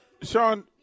Sean